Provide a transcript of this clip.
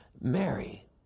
Mary